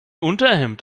unterhemd